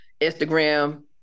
Instagram